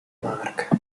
mark